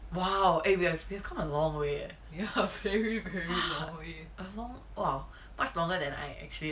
!wow! eh we've come a long way you have here as long or much longer than I actually